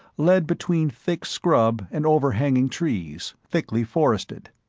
led between thick scrub and overhanging trees, thickly forested.